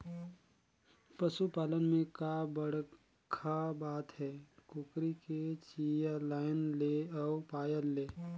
पसू पालन में का बड़खा बात हे, कुकरी के चिया लायन ले अउ पायल ले